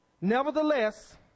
Nevertheless